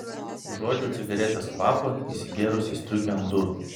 užuodžiau cigaretės kvapą įsigėrusį į striukę ant durų